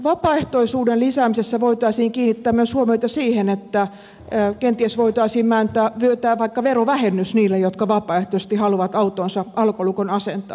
vapaaehtoisuuden lisäämisessä voitaisiin myös kiinnittää huomiota siihen että kenties voitaisiin myöntää vaikka verovähennys niille jotka vapaaehtoisesti haluavat autoonsa alkolukon asentaa